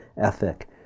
ethic